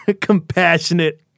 compassionate